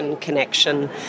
connection